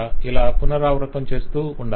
ఇలా పునరావృతం చేస్తూ ఉండాలి